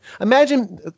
Imagine